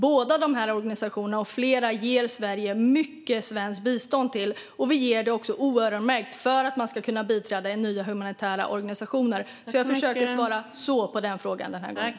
Båda dessa organisationer och flera andra ger Sverige mycket bistånd till, och vi ger det icke öronmärkt för att man ska kunna biträda nya humanitära organisationer. Jag försöker svara så på frågan den här gången.